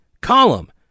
column